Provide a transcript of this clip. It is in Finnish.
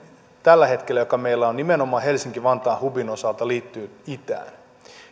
tällä hetkellä meillä on nimenomaan helsinki vantaan hubin osalta liittyy itään